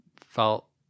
felt